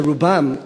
שרובם,